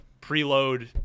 preload